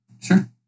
sure